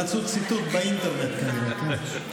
הם מצאו ציטוט באינטרנט, כנראה.